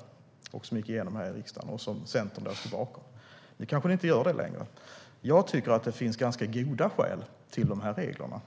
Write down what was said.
Det var den ordningen som gick igenom här i riksdagen och som Centern då stod bakom. Det kanske ni inte gör längre, Annika Qarlsson. Jag tycker att det trots allt finns ganska goda skäl för de här reglerna.